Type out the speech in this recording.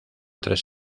tres